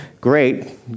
great